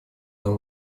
нам